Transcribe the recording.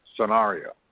scenario